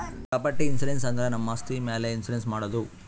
property insurance ಅಂದುರ್ ನಮ್ ಆಸ್ತಿ ಮ್ಯಾಲ್ ಇನ್ಸೂರೆನ್ಸ್ ಮಾಡದು